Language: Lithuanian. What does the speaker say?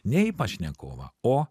ne į pašnekovą o